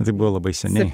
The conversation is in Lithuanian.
tai buvo labai seniai